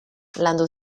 landu